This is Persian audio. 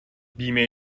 بیمه